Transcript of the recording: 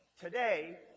today